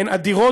והן אדירות,